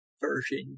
version